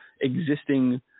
existing